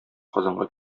казанга